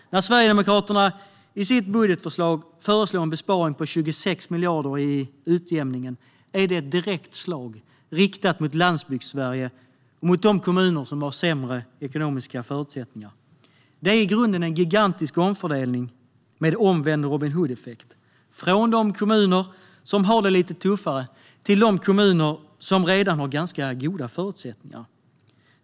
När Sverigedemokraterna i sitt budgetförslag föreslår en besparing på 26 miljarder i utjämningen är det ett direkt slag riktat mot Landsbygdssverige och de kommuner som har sämre ekonomiska förutsättningar. Det är i grunden en gigantisk omfördelning med omvänd Robin Hood-effekt, från de kommuner som har det lite tuffare till de kommuner som redan har ganska goda förutsättningar.